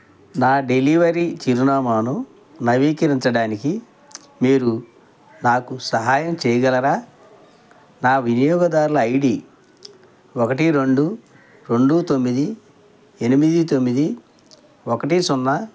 నా డెలివరీ చిరునామాను నవీకరించడానికి మీరు నాకు సహాయం చేయగలరా నా వినియోగదారుల ఐ డీ ఒకటి రెండు రెండు తొమ్మిది ఎనిమిది తొమ్మిది ఒకటి సున్నా